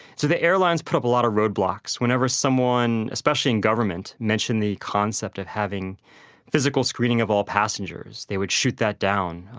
so the airlines put up a lot of roadblocks whenever someone, especially in government mentioned the concept of having physical screening of all passengers they would shoot that down.